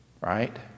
Right